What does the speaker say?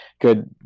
good